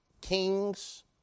kings